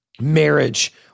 marriage